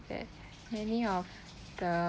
that many of the